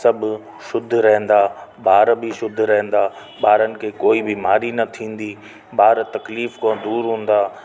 सभु शुद्ध रहंदा ॿार बि शुद्ध रईंदा ॿारनि खे कोई बीमारी न थींदी ॿार तकलीफ़ खां दूरि हूंदा